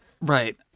right